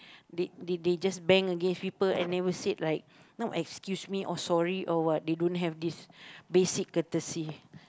they they they just bang against people and never said like oh excuse me or sorry or what they don't have this basic courtesy